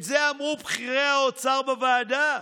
את זה אמרו בכירי האוצר בוועדה.